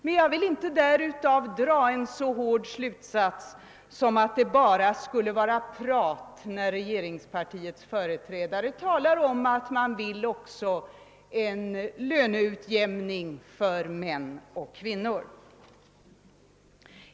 Men jag vill därav inte dra en så hård slutsats som att det bara skulle vara prat när regeringspartiets företrädare säger att man vill åstadkomma en löneutjämning mellan män och kvinnor.